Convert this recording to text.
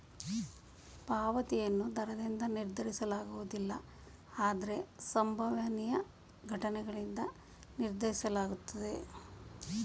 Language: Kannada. ಪಾವತಿಯನ್ನು ದರದಿಂದ ನಿರ್ಧರಿಸಲಾಗುವುದಿಲ್ಲ ಆದ್ರೆ ಸಂಭವನೀಯ ಘಟನ್ಗಳಿಂದ ನಿರ್ಧರಿಸಲಾಗುತ್ತೆ